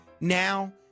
Now